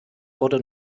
wurde